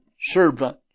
servant